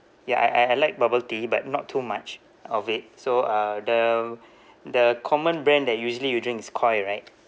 ya I I I like bubble tea but not too much of it so uh the the common brand that usually you drink is koi right